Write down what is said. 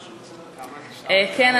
כן,